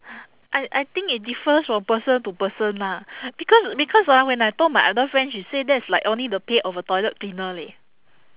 I I think it differs from people to people lah because because ah when I told my other friend she said that's like only the pay of a toilet cleaner leh